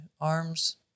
Arms